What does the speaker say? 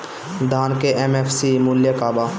धान के एम.एफ.सी मूल्य का बा?